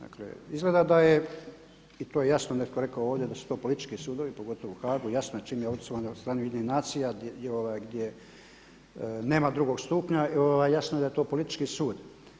Dakle, izgleda da je i to je jasno netko rekao ovdje da su to politički sudovi, pogotovo u Haagu, jasno je čim je osnovan od strane Ujedinjenih nacija gdje nema drugog stupnja, jasno je da je to politički sud.